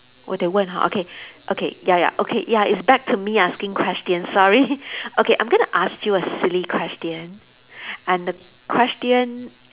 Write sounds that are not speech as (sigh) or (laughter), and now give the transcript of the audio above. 我得问 oh okay okay ya ya okay ya it's back to me asking question sorry (laughs) okay I'm going to ask you a silly question and the question